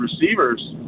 receivers—